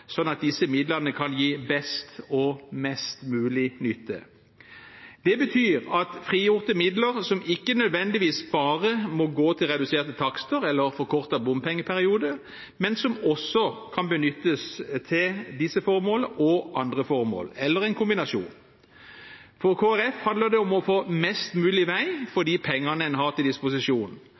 sånn at disse midlene kan gi best og mest mulig nytte. Det betyr frigjorte midler som ikke nødvendigvis bare må gå til reduserte takster eller forkortet bompengeperiode, men som også kan benyttes til disse formålene og andre formål, eller en kombinasjon. For Kristelig Folkeparti handler det om å få mest mulig vei for de pengene en har til disposisjon.